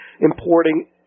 importing